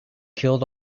killed